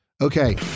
Okay